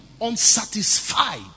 unsatisfied